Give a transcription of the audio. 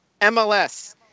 MLS